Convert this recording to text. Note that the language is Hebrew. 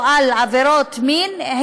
או על עבירות מין,